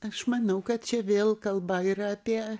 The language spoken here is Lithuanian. aš manau kad čia vėl kalba yra apie